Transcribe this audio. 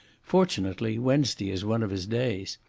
fortunately wednesday is one of his days.